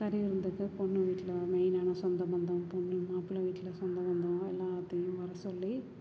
கறி விருந்துக்கு பொண்ணு வீட்டில் மெயினான சொந்த பந்தம் பொண்ணு மாப்ளை வீட்டில் சொந்த பந்தம் எல்லாத்தையும் வர சொல்லி